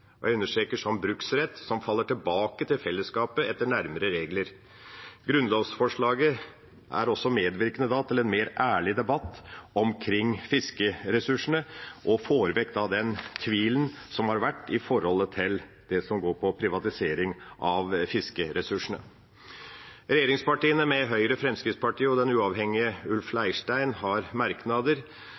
og jeg understreker «som bruksrett» – som faller tilbake til fellesskapet etter nærmere regler. Grunnlovsforslaget er også medvirkende til en mer ærlig debatt omkring fiskeressursene og får vekk den tvilen som har vært rundt det som går på privatisering av fiskeressursene. Regjeringspartiene, med Høyre, Fremskrittspartiet og den uavhengige Ulf Leirstein, har merknader.